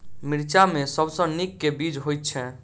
मिर्चा मे सबसँ नीक केँ बीज होइत छै?